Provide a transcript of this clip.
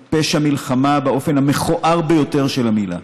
היא פשע מלחמה באופן המכוער ביותר של המילה.